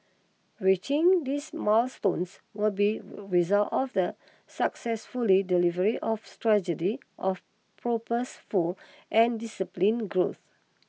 reaching these milestones will be result of the successful delivery of strategy of purposeful and discipline growth